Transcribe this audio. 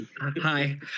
Hi